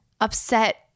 upset